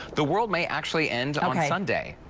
the world may actually end on sunday.